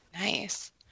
Nice